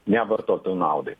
ne vartotojų naudai